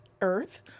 Earth